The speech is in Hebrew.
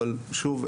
אבל שוב,